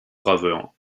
graveur